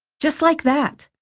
just like that.